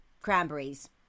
Cranberries